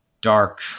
dark